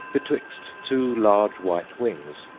betwixt two large white wings.